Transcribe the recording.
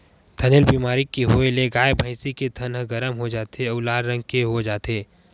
थनैल बेमारी के होए ले गाय, भइसी के थन ह गरम हो जाथे अउ लाल रंग के हो जाथे